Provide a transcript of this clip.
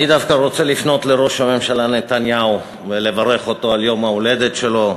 אני דווקא רוצה לפנות לראש הממשלה נתניהו ולברך אותו ליום ההולדת שלו.